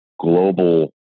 global